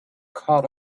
caught